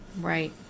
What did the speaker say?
right